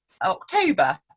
october